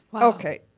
okay